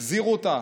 החזירו אותה?